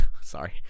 sorry